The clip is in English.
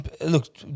look